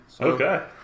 Okay